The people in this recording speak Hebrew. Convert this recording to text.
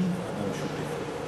תקים ועדה משותפת.